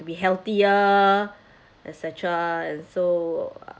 to be healthier et cetera and so